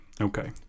Okay